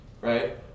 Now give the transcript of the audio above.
right